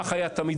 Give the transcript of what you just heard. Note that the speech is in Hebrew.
כך היה תמיד,